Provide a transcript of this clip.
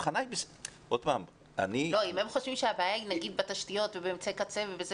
אם הם חושבים שהבעיה היא נגיד בתשתיות ובאמצעי קצה ובזה